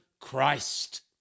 Christ